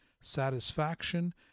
satisfaction